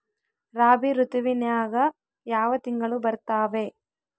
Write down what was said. ರಾಬಿ ಋತುವಿನ್ಯಾಗ ಯಾವ ತಿಂಗಳು ಬರ್ತಾವೆ?